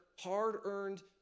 hard-earned